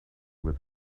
with